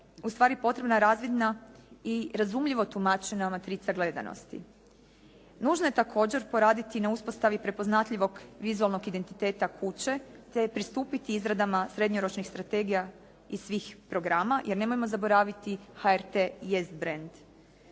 ustvari potrebna razvidna i razumljivo tumačena matrica gledanosti. Nužno je također poraditi na uspostavi prepoznatljivog vizualnog identiteta kuće, te pristupiti izradama srednjoročnih strategija i svih programa jer nemojmo zaboraviti, HRT jest brend.